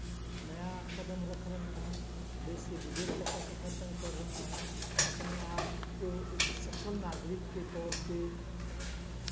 नया कदम रख रहे हैं देश से विदेश तक का सफ़र तय कर रहे हैं अपने आपको एक सफल नागरिक के तौर पे